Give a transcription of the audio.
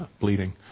bleeding